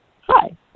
Hi